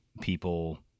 people